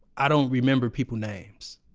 i don't remember people names.